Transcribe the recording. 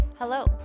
Hello